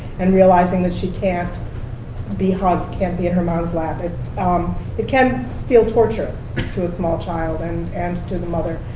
and realizing that she can't be home, can't be in her mother's lap. um it can feel torturous to a small child, and and to the mother.